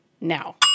now